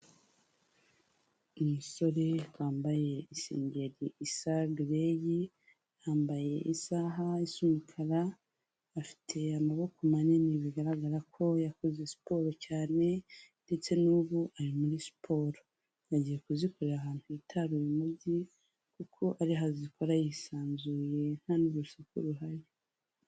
Umusore wambaye isengeri isa geleyi, yambaye isaha isa umukara, afite amaboko manini bigaragara ko yakoze siporo cyane, ndetse n'ubu ari muri siporo. Yagiye kuzikorera ahantu hitaruye umugi, kuko ariho azikora yisanzuye nta n'urusaku ruhari.